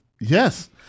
Yes